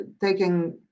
taking